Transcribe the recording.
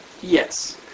Yes